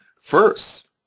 first